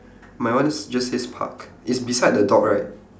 my one just says park it's beside the dog right